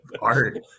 art